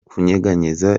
kunyeganyeza